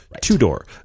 two-door